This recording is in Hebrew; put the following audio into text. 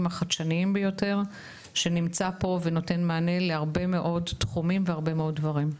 החדשניים ביותר שנמצא פה ונותן מענה להרבה מאוד תחומים והרבה מאוד דברים,